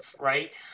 right